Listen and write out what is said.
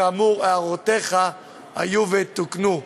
וכאמור, הערותיך היו ותוקנו.